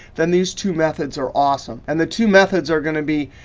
then these two methods are awesome. and the two methods are going to be,